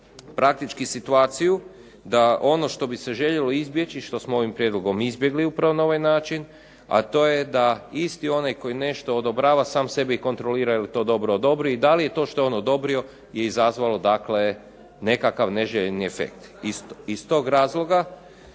praktički situaciju da ono što bi se željelo izbjeći, što smo ovim prijedlogom izbjegli upravo na ovaj način, a to je da isti onaj koji nešto odobrava sam sebe i kontrolira jel to dobro odobrio i da li je to što je on odobrio je izazvalo dakle nekakav neželjeni efekt. Iz tog razloga